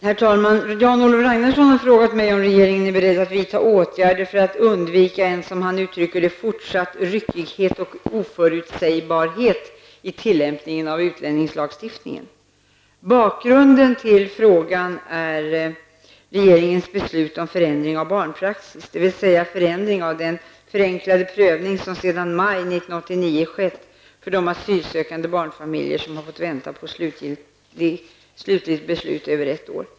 Herr talman! Jan-Olof Ragnarsson har frågat mig om regeringen är beredd att vidta åtgärder för att undvika en, som han uttrycker det, fortsatt ryckighet och oförutsägbarhet i tillämpningen av utlänningslagstiftningen. Bakgrunden till frågan är regeringens beslut om förändring av barnpraxis, dvs. förändringar av den förenklade prövning som sedan maj 1989 skett för de asylsökande barnfamiljer som fått vänta på slutligt beslut i över ett år.